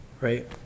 right